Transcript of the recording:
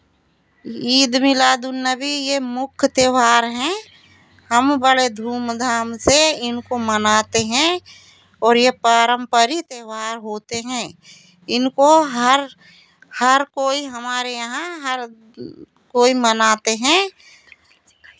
ईद मिलाद उल नबी ये मुख त्यौहार हैं हम बड़े धूमधाम से इनको मनाते हैं और ये पारम्परिक त्यौहार होते हैं इनको हर हर कोई हमारे यहाँ हर कोई मनाते हैं